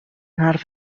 حرف